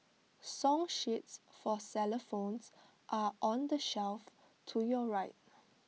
song sheets for xylophones are on the shelf to your right